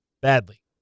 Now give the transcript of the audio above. badly